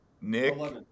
Nick